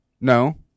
No